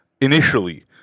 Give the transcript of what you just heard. initially